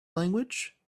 language